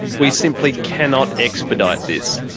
we simply cannot expedite this.